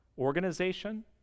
organization